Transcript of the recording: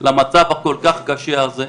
למצב הכול-כך קשה הזה,